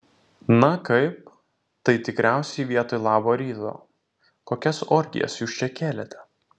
na kaip tai tikriausiai vietoj labo ryto kokias orgijas jūs čia kėlėte